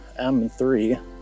M3